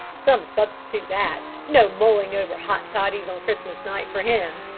some substitute that! no mulling over hot toddies on christmas night for him!